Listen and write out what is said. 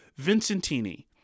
Vincentini